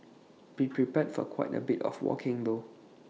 be prepared for quite A bit of walking though